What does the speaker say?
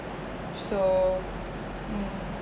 so mm